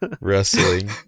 wrestling